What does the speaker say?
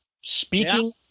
Speaking